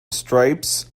stripes